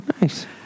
nice